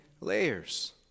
layers